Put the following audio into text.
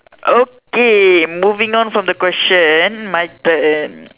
okay moving on from the question my turn